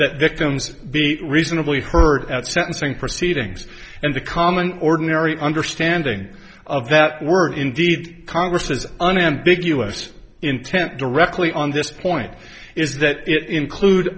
that victims be reasonably heard at sentencing proceedings and the common ordinary understanding of that word indeed congress has an ambiguous intent directly on this point is that it include